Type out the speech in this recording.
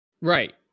Right